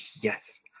yes